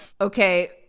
Okay